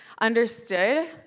understood